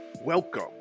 Welcome